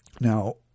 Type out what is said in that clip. Now